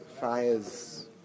fires